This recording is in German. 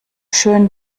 schön